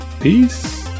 peace